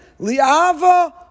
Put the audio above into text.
Liava